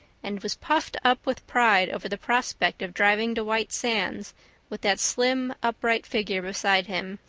and was puffed up with pride over the prospect of driving to white sands with that slim, upright figure beside him.